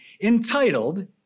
entitled